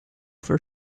for